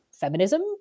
feminism